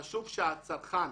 חשוב שהצרכן